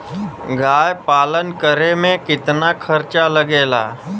गाय पालन करे में कितना खर्चा लगेला?